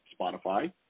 Spotify